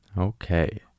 Okay